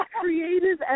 creative